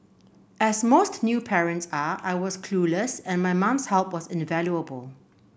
as most new parents are I was clueless and my mum's help was invaluable